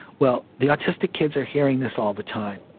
well, the autistic kids are hearing this all the time.